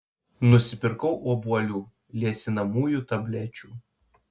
nusipirkau obuolių liesinamųjų tablečių